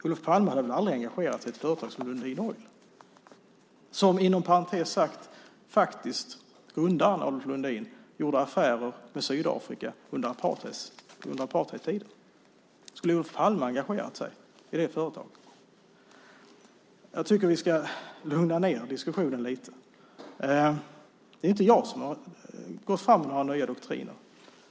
Olof Palme hade väl aldrig engagerat sig i ett företag som Lundin Oil, som inom parentes sagt under Adolf Lundin gjorde affärer med Sydafrika under apartheidtiden. Skulle Olof Palme ha engagerat sig i det företaget? Jag tycker att vi ska lugna ned diskussionen lite. Det är inte jag som har gått fram med några nya doktriner.